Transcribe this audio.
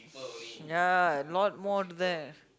ya a lot more than that